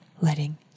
letting